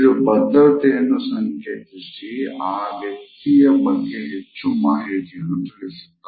ಇದು ಭದ್ರತೆಯನ್ನು ಸಂಕೇತಿಸಿ ಆ ವ್ಯಕ್ತಿಯ ಬಗ್ಗೆ ಹೆಚ್ಚಿನ ಮಾಹಿತಿಯನ್ನು ತಿಳಿಸುತ್ತದೆ